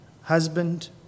husband